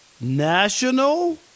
National